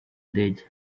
ndege